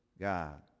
God